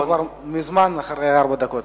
אנחנו כבר מזמן אחרי ארבע דקות.